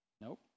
Nope